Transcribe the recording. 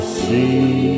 see